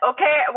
Okay